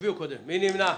מי נמנע?